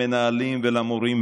למנהלים ולמורים,